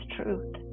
truth